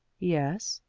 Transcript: yes.